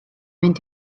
mynd